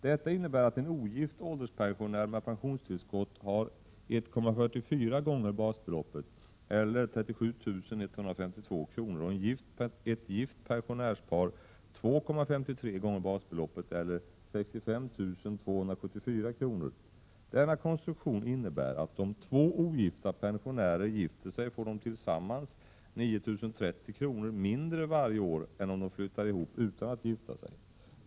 Detta innebär att en ogift ålderspensionär med pensionstillskott har 1,44 gånger basbeloppet eller 37 152 kr. och ett gift pensionärspar 2,53 gånger basbeloppet eller 65 274 kr. Denna konstruktion innebär att om två ogifta pensionärer gifter sig får de tillsammans 9 030 kr. mindre varje år än om de flyttar ihop utan att gifta sig.